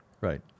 Right